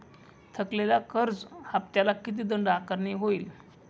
थकलेल्या कर्ज हफ्त्याला किती दंड आकारणी होईल?